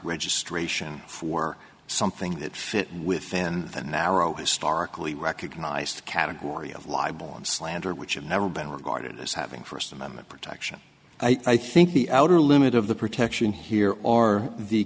registration for something that fit within the narrow historically recognized category of libel and slander which had never been regarded as having first amendment protection i think the outer limit of the protection here or the